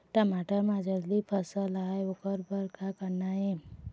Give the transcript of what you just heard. टमाटर म जल्दी फल आय ओकर बर का करना ये?